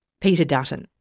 peter dutton.